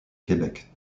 québec